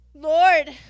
Lord